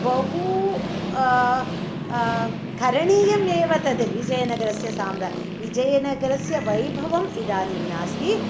बहु करणीयमेव तद् विजयनगरस्य साम्रा विजयनगरस्य वैभवम् इदानीं नास्ति